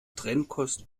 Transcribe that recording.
trennkost